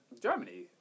Germany